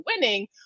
winning